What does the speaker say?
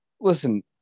Listen